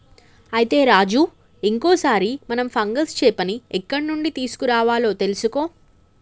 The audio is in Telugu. అయితే రాజు ఇంకో సారి మనం ఫంగస్ చేపని ఎక్కడ నుండి తీసుకురావాలో తెలుసుకో